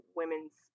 women's